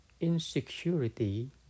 insecurity